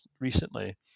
recently